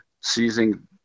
seizing